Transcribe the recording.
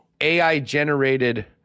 AI-generated